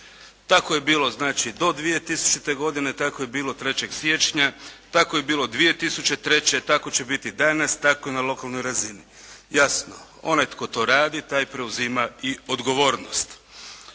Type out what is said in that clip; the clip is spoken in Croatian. Tako je bilo znači do 2000. godine, tako je bilo 3. siječnja, tako je bilo 2003., tako će biti danas, tako i na lokalnoj razini. Jasno, onaj tko to radi, taj preuzima i odgovornost.